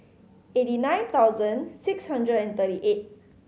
eighty nine thousand six hundred and thirty eight